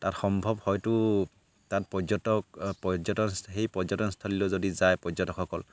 তাত সম্ভৱ হয়তো তাত পৰ্যটক পৰ্যটন সেই পৰ্যটনস্থলীলৈও যদি যায় পৰ্যটকসকল